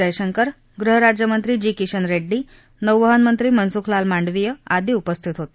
जयशंकर गृहराज्यमंत्री जी किशन रेड्डी नौवहनमंत्री मनसुखलाल मांडवीय आदी उपस्थित होते